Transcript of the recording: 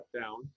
down